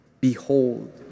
Behold